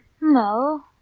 No